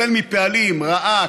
החל מפעלים: ראה,